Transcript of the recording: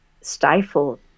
stifle